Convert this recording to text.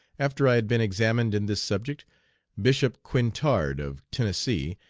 after i had been examined in this subject bishop quintard, of tennessee,